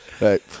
Right